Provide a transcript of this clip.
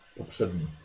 poprzedni